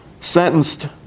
sentenced